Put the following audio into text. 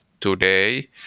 today